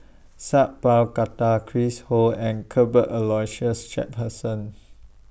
Sat Pal Khattar Chris Ho and Cuthbert Aloysius Shepherdson